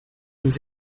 nous